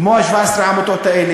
כמו 17 העמותות האלה,